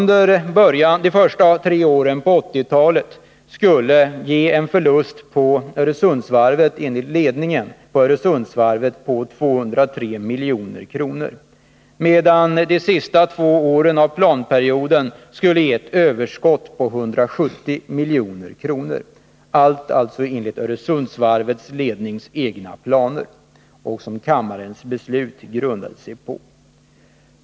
De första tre åren på 1980-talet skulle ge en förlust på 203 milj.kr., medan de två sista åren i planperioden skulle ge ett överskott på 170 milj.kr. — allt enligt varvsledningens egna planer, som kammarens beslut grundade sig på.